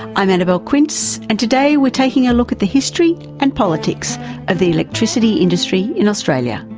i'm annabelle quince and today we're taking a look at the history and politics of the electricity industry in australia.